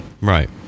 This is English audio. right